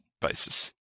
basis